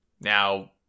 Now